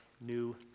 new